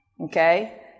Okay